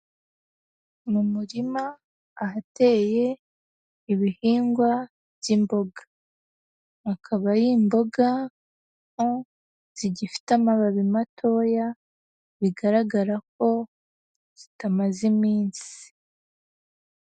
Mu murima ahateye ibihingwa by'imboga. Akaba ari imboga zigifite amababi matoya, bigaragara ko zitamaze iminsi.